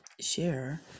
share